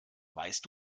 weißt